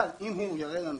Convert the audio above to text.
אבל אם הוא יראה לנו